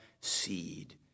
seed